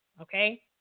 okay